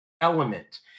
element